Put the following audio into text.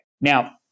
Now